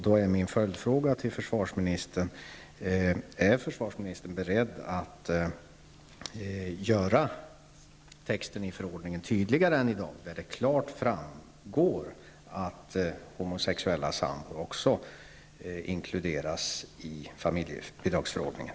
Då är min följdfråga till försvarsministern: Är försvarsministern beredd att göra texten i förordningen tydligare än den är i dag, så att det klart framgår att också homosexuella sambor inkluderas i familjebidragsförordningen?